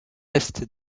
est